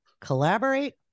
collaborate